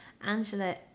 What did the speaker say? angela